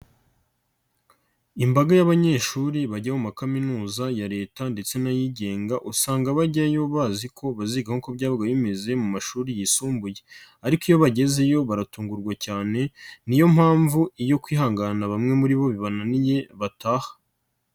Imbaga y'abanyeshuri bajya mu ma kaminuza ya Leta ndetse n'ayigenga usanga bajyayo bazi ko baziga nk'uko byabaga bimeze mu mashuri yisumbuye ariko iyo bagezeyo baratungurwa cyane, ni yo mpamvu iyo kwihangana bamwe muri bo bibananiye bataha.